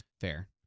Fair